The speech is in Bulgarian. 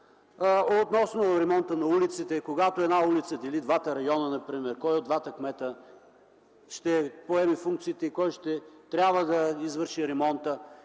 относно ремонта на улиците, когато една улица дели например два района. Тогава кой от двата кмета ще поеме функциите и кой ще трябва да извърши ремонта?